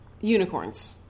Unicorns